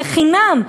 חינם,